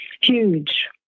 Huge